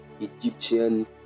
Egyptian